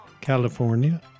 California